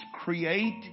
Create